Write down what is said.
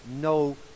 no